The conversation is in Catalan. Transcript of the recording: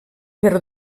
per